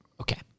Okay